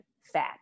fat